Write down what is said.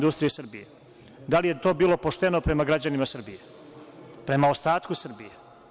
Da li je to bilo pošteno prema građanima Srbije, prema ostatku Srbije?